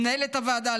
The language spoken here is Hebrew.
למנהלת הוועדה,